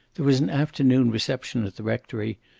there was an afternoon reception at the rectory,